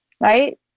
right